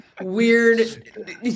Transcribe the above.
weird